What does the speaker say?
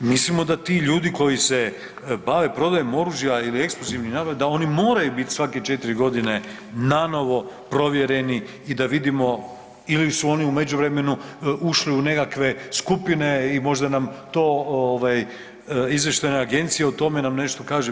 Mislimo da ti ljudi koji se bave prodajom oružja ili eksplozivnih naprava da oni moraju bit svake 4.g. nanovo provjereni i da vidimo ili su oni u međuvremenu ušli u nekakve skupine i možda nam to ovaj izvještajna agencija o tome nam nešto kaže.